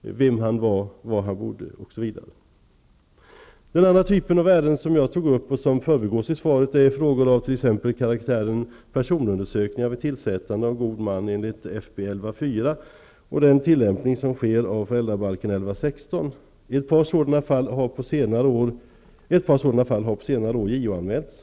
vem han var, var han bodde osv. En annan typ av ärende som jag tagit upp men som förbigås i svaret rör frågor om t.ex. personundersökningar vid tillsättande av god man enligt FB 11:4 och den tillämpning av föräldrabalken som sker enligt FB 11:16. Ett par sådana fall har under senare år JO-anmälts.